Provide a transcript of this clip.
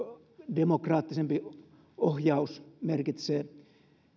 demokraattisempi ohjaus merkitsee